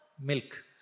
milk